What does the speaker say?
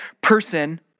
person